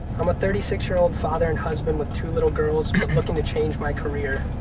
i'm a thirty six year old father and husband with two little girls but looking to change my career.